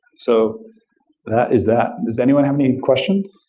so that is that. does anyone have any question?